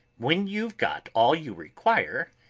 when you've got all you require,